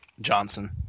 Johnson